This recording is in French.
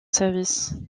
service